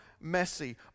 messy